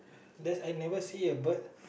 that's I never see a bird